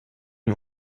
nie